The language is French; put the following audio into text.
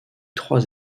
trois